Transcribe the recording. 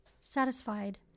Satisfied